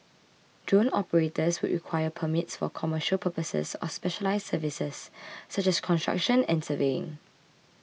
drone operators would require permits for commercial purposes or specialised services such as construction and surveying